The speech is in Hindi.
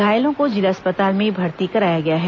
घायलों को जिला अस्पताल में भर्ती कराया गया है